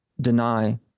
deny